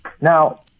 Now